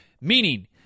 meaning